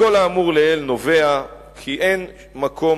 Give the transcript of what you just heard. מכל האמור לעיל נובע כי אין מקום